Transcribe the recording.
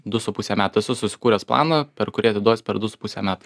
du su puse metų esu susikūręs planą per kurį atiduosiu per du su puse metų